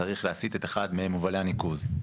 צריך להסיט את אחד ממובלי הניקוז,